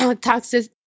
toxic